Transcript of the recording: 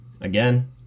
Again